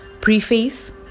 preface